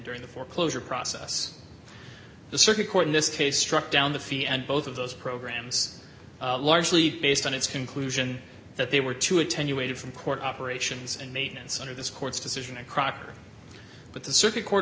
during the foreclosure process the circuit court in this case struck down the fee and both of those programs largely based on its conclusion that they were too attenuated from port operations and maintenance under this court's decision to crocker but the circuit court